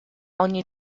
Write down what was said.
ogni